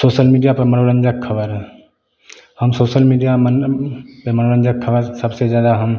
social media पर मनोरंजन ख़बर हम सोशल मीडिया मन में मनोरंजन ख़बर सबसे ज़्यादा हम